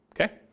Okay